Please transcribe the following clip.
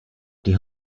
die